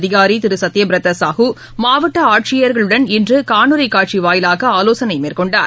அதிகாரிதிருகத்யபிரதசாகுமாவட்டஆட்சியர்களுடன் இன்றுகாணொலிகாட்சிவாயிலாகஆலோசனைமேற்கொண்டார்